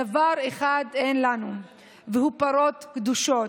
דבר אחד אין לנו והוא פרות קדושות.